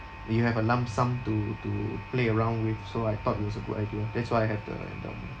you have a lump sum to to play around with so I thought it was a good idea that's why I have the endowment